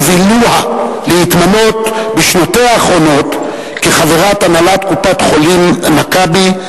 הובילוה להתמנות בשנותיה האחרונות לחברת הנהלת קופת-חולים "מכבי",